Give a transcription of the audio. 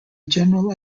general